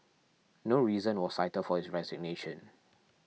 no reason was cited for his resignation